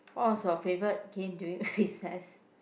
what was your favourite game during recess